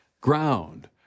ground